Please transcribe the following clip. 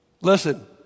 Listen